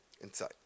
inside